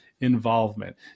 involvement